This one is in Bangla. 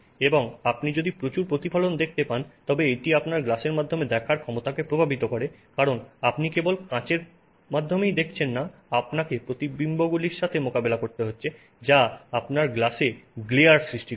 এবং আপনি যদি প্রচুর প্রতিফলন দেখতে পান তবে এটি আপনার গ্লাসের মাধ্যমে দেখার ক্ষমতাকে প্রভাবিত করে কারণ আপনি কেবল কাচের মাধ্যমেই দেখছেন না আপনাকে প্রতিচ্ছবিগুলির সাথে মোকাবেলা করতে হচ্ছে যা আপনার গ্লাসে গ্লেয়ার সৃষ্টি করছে